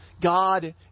God